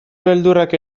beldurrak